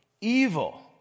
evil